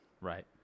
right